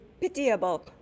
pitiable